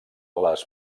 les